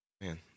man